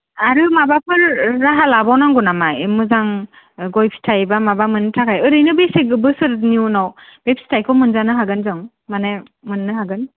आरो माबाफोर राहा लाबावनांगौ नामा मोजां गय फिथाइ बा माबा मोननो थाखाय ओरैनो बेसे बोसोरनि उनाव बे फिथाइखो मोनजानो हागोन जों माने मोननो हागोन